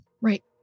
right